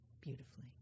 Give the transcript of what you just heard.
beautifully